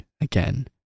again